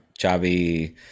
Chavi